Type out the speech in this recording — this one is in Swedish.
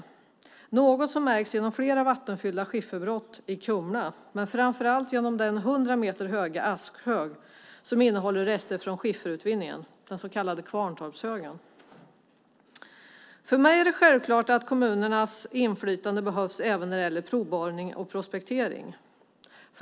Det är något som märks genom flera vattenfyllda skifferbrott i Kumla och framför allt genom den hundra meter höga askhög som innehåller rester från skifferutvinningen, den så kallade Kvarntorpshögen. För mig är det självklart att kommunernas inflytande behövs även när det gäller provborrning och prospektering.